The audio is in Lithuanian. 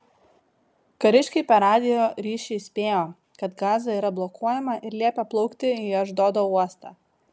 kariškiai per radijo ryšį įspėjo kad gaza yra blokuojama ir liepė plaukti į ašdodo uostą